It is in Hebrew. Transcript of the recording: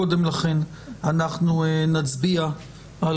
קודם לכן אנחנו נצביע על